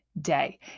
day